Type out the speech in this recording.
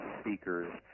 speakers